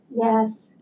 Yes